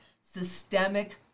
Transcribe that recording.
systemic